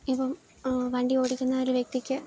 ഇപ്പം വണ്ടി ഓടിക്കുന്ന ഒരു വ്യക്തിക്ക്